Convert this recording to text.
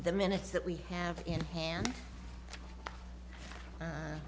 the minutes that we have in hand